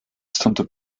stunt